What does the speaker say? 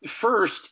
First